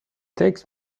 takes